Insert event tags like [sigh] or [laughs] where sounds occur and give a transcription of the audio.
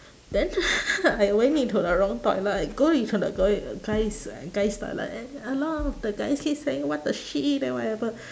then [laughs] I went into the wrong toilet girl is on the gir~ uh guys' guys' toilet and a lot of the guys keep saying what the shit and whatever